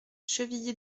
chevilly